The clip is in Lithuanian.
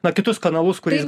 na kitus kanalus kuriais